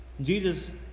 Jesus